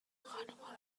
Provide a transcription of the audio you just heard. خانمها